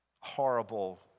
horrible